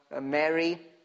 mary